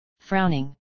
frowning